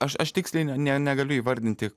aš aš tiksliai ne negaliu įvardinti